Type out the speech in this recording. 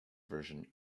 version